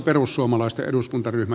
arvoisa puhemies